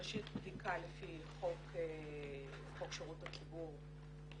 ראשית בדיקה לפי חוק שירות הציבור (מתנות)